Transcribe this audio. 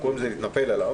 "להתנפל" עליו,